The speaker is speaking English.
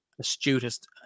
astutest